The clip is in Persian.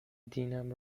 دینم